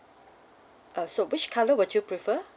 uh so which colour would you prefer